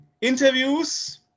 interviews